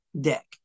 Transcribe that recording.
deck